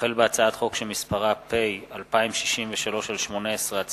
החל בהצעת חוק פ/2063/18 וכלה בהצעת חוק פ/2092/18,